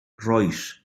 rois